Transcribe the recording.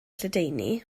lledaenu